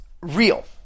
real